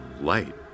light